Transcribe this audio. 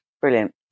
Brilliant